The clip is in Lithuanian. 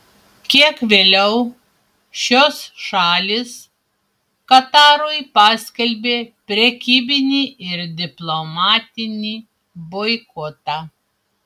kiek vėliau šios šalys katarui paskelbė prekybinį ir diplomatinį boikotą